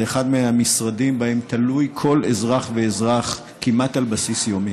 זה אחד מהמשרדים שבהם תלוי כל אזרח ואזרח כמעט על בסיס יומי,